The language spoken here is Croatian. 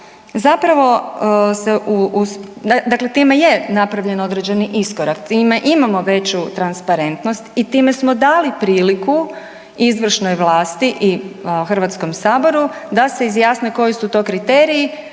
dakle time je napravljen određeni iskorak, time imamo veću transparentnost i time smo dali priliku izvršnoj vlasti i Hrvatskom saboru da se izjasne koji su to kriteriji